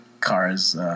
cars